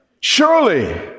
surely